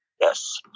Yes